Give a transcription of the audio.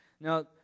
Now